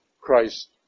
Christ